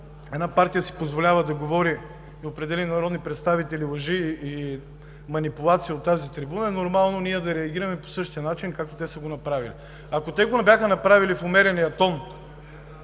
една партия си позволява да говори, и определени народни представители, лъжи и манипулации от тази трибуна, нормално е ние да реагираме по същия начин, както те са го направили. Ако те го бяха направили в умерения тон,